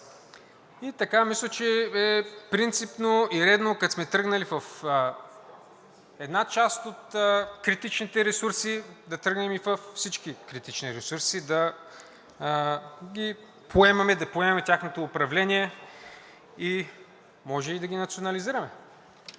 Така мисля, че е принципно и редно – като сме тръгнали в една част от критичните ресурси, да тръгнем и във всички критични ресурси да ги поемаме, да поемаме тяхното управление и може и да ги национализираме.